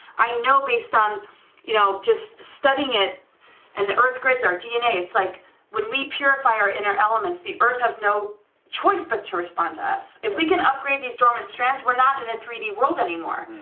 i know based on you know just studying it and the earth grades are dna, it's like when we purify our inner elements, the earth has no choice but to respond to us, if we can upgrade these dormant strands, we're not in the three d world anymore,